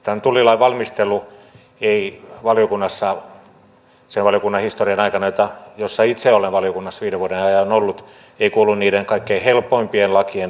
tämän tullilain valmistelu ei valiokunnassa sen valiokunnan historian aikana kun itse olen valiokunnassa viiden vuoden ajan ollut kuulu niihin kaikkein helpoimpiin lainvalmisteluihin